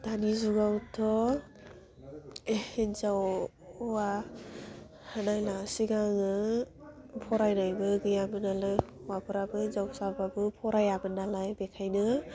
दानि जुगावथ' हिन्जाव हौवा नायना सिगाङो फरायनायबो गैयामोन नालाइ हौवाफ्राबो हिन्जावसाबाबो फरायामोन नालाय बेखायनो